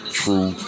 true